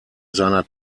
seiner